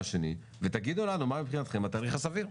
השני ותגידו לנו מה מבחינתכם התאריך הסביר.